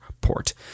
port